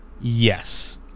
Yes